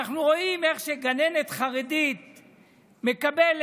אנחנו רואים איך שגננת חרדית מקבלת